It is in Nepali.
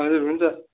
हजुर हुन्छ